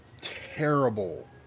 terrible